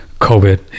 COVID